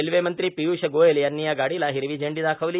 railway मंत्री पीयुष गोयल यांनी या गाडीला हिरवी झेंडी दाखवली